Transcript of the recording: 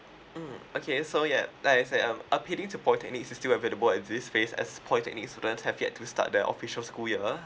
mm okay so ya like I say um appealing to polytechnic is still available at this phase as polytechnic student have yet to start the official school years